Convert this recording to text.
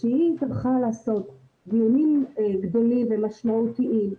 טרחה לעשות דיונים גדולים ומשמעותיים,